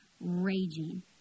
raging